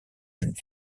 jeune